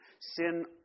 Sin